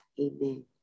Amen